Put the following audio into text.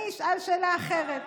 אז אני אשאל שאלה אחרת.